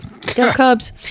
Cubs